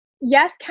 yes